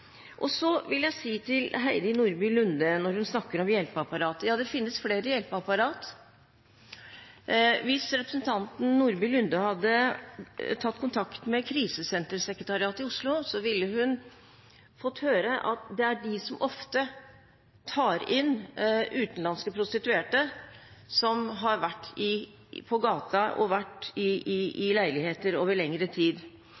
Så vil jeg si til Heidi Nordby Lunde når hun snakker om hjelpeapparat: Ja, det finnes flere hjelpeapparat. Hvis representanten Nordby Lunde hadde tatt kontakt med Krisesentersekretariatet i Oslo, ville hun fått høre at det er de som ofte tar inn utenlandske prostituerte som har vært på gata og i leiligheter over lengre tid.